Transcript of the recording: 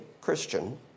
Christian